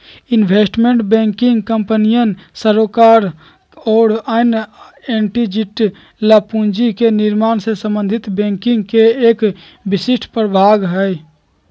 investment banking कंपनियन, सरकारों और अन्य एंटिटीज ला पूंजी के निर्माण से संबंधित बैंकिंग के एक विशिष्ट प्रभाग हई